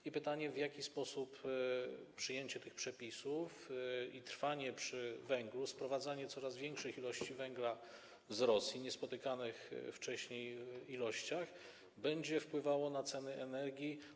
I pytanie: W jaki sposób przyjęcie tych przepisów i trwanie przy węglu, sprowadzanie coraz większych ilości węgla z Rosji - niespotykanych wcześniej - będzie wpływało na ceny energii?